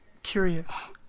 curious